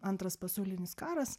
antras pasaulinis karas